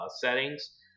settings